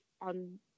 on